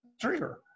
trigger